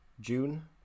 June